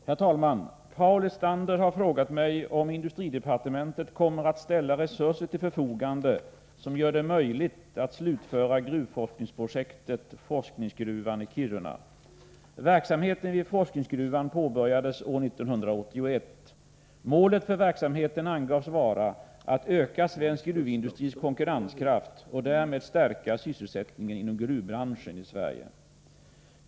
Herr talman! Paul Lestander har frågat mig om industridepartementet kommer att ställa resurser till förfogande som gör det möjligt att slutföra gruvforskningsprojektet forskningsgruvan i Kiruna. Verksamheten vid forskningsgruvan påbörjades år 1981. Målet för verksamheten angavs vara att öka svensk gruvindustris konkurrenskraft och därmed stärka sysselsättningen inom gruvbranschen i Sverige.